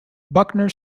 buckner